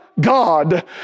God